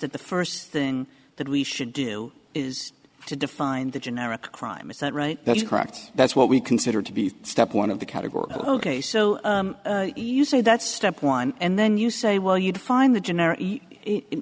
that the first thing that we should do is to define the generic crime is that right that's correct that's what we consider to be step one of the category ok so you say that's step one and then you say well you define the generic